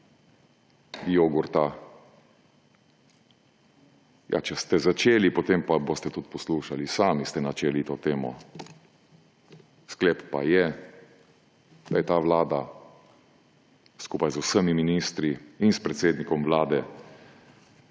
jogurta. Ja, če ste začeli, potem boste tudi poslušali. Sami ste načeli to temo. Sklep pa je, da je ta vlada skupaj z vsemi ministri in s predsednikom vlade